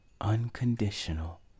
unconditional